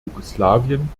jugoslawien